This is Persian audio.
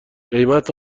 قیمت